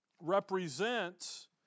represents